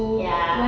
ya